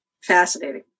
fascinating